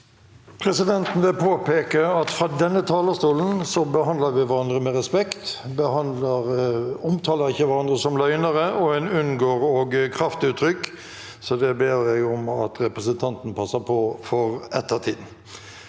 Presidenten vil påpeke at fra denne talerstolen behandler vi hverandre med respekt. Vi omtaler ikke hverandre som løgnere, og vi unngår også kraftuttrykk. Det ber presidenten om at representanten passer på for ettertiden.